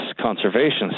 conservation